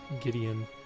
Gideon